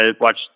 watch